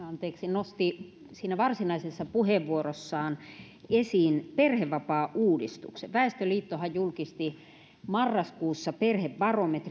nosti varsinaisessa puheenvuorossaan esiin perhevapaauudistuksen väestöliittohan julkisti marraskuussa perhebarometrin